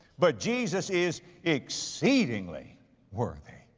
but jesus is exceedingly worthy.